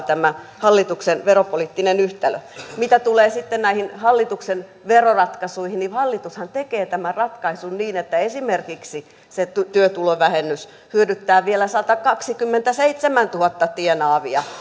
tämä hallituksen veropoliittinen yhtälö on hyvin kiinnostava mitä tulee sitten näihin hallituksen veroratkaisuihin niin hallitushan tekee tämän ratkaisun niin että esimerkiksi työtulovähennys hyödyttää vielä satakaksikymmentäseitsemäntuhatta tienaavia